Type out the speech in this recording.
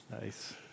Nice